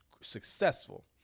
successful